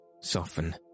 soften